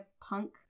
punk